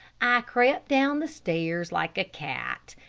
i crept down the stairs like a cat,